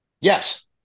Yes